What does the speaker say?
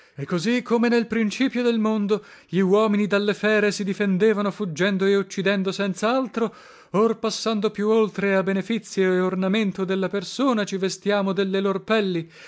e così come nel principio del mondo gli uomini dalle fere si difendevano fuggendo e uccidendo senza altro or passando più oltre a benefizio e ornamento della persona ci vestiamo delle lor pelli